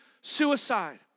suicide